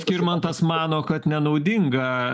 skirmantas mano kad nenaudinga